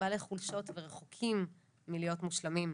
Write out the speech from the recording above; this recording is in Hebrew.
בעלי חולשות ורחוקים מלהיות מושלמים.